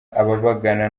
ababagana